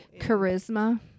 Charisma